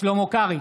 שלמה קרעי,